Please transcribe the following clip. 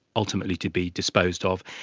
ultimately to be disposed of,